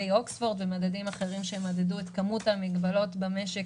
אוקספורד ומדדים אחרים שמדדו את כמות המגבלות במשק